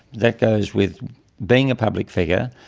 that goes with being a public figure,